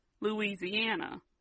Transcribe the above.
Louisiana